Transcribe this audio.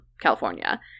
California